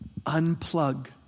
unplug